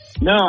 No